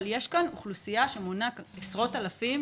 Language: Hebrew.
אבל יש כאן אוכלוסייה שמונה עשרות אלפים,